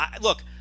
Look